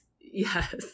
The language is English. Yes